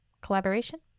Collaboration